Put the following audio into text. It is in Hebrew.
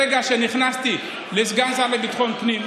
ברגע שנכנסתי להיות סגן שר לביטחון פנים,